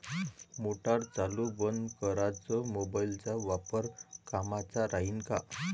Motor चालू बंद कराच मोबाईलचा वापर कामाचा राहीन का?